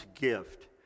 gift